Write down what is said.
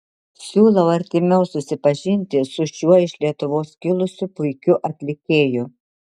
siūlau artimiau susipažinti su šiuo iš lietuvos kilusiu puikiu atlikėju